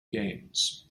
games